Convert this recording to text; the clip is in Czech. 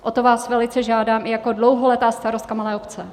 O to vás velice žádám i jako dlouholetá starostka malé obce.